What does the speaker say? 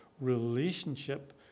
relationship